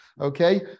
Okay